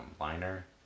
Liner